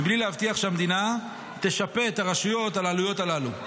בלי להבטיח שהמדינה תשפה את הרשויות על העלויות הללו.